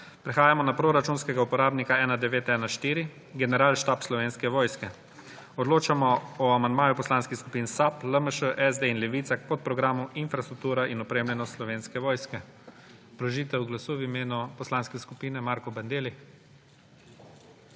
Prehajamo na proračunskega uporabnika 1914 – Generalštab Slovenske vojske. Odločamo o amandmaju poslanskih skupin SAB, LMŠ, SD in Levica k podprogramu Infrastruktura in opremljenost Slovenske vojske. Obrazložitev glasu v imenu poslanske skupine Marko Bandelli.